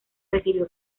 recibió